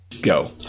go